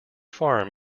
farm